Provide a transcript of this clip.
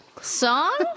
Song